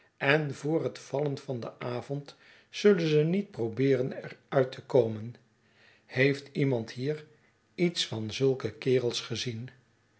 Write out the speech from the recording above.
en vr het vallen van den avond zullen ze niet probeeren er uit te komen heeft iemand hkr iets van zulke kerels gezien